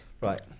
Right